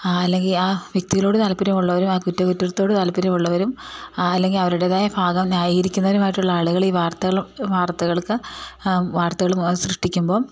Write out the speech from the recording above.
അല്ലെങ്കിൽ ആ വ്യക്തികളോട് താല്പര്യമുള്ളവരും ആ കുറ്റകൃത്യത്തോട് താല്പര്യമുള്ളവരും അല്ലെങ്കിൽ അവരുടേതായ ഭാഗം ന്യായികരിക്കുന്നവരുമായിട്ടുള്ള ആളുകൾ ഈ വാർത്തകൾ വാർത്തകൾക്ക് വാർത്തകൾ സൃഷ്ടിക്കുമ്പം